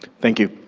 thank you.